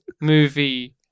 movie